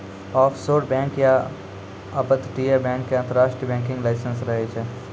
offshore bank या अपतटीय bank के अंतरराष्ट्रीय बैंकिंग लाइसेंस रहै छै